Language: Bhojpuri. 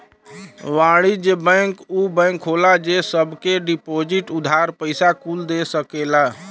वाणिज्य बैंक ऊ बैंक होला जे सब के डिपोसिट, उधार, पइसा कुल दे सकेला